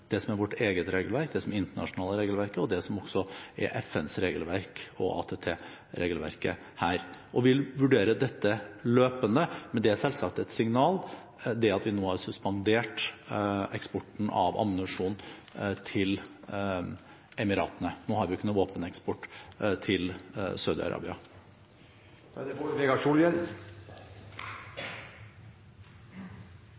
det som er vårt eget regelverk, det som er det internasjonale regelverket, og det som også er FNs regelverk og ATT-regelverket. Vi vil vurdere dette løpende, men det er selvsagt et signal at vi nå har suspendert eksporten av ammunisjon til Emiratene. Vi har jo ikke noen våpeneksport til Saudi-Arabia nå. Det